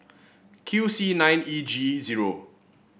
Q C nine E G zero